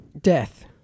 Death